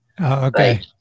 Okay